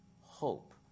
hope